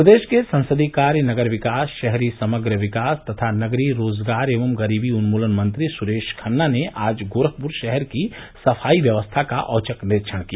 प्रदेश के संसदीय कार्य नगर विकास शहरी समग्र विकास तथा नगरीय रोजगार एव गरीबी उन्मूलन मंत्री सुरेश खन्ना ने आज गोरखपुर शहर की सफाई व्यवस्था का औचक निरीक्षण किया